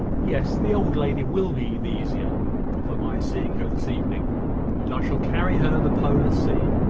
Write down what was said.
yes the old lady will be the easier for my seeing her this evening and i shall carry her the polar sea.